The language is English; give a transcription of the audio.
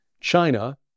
China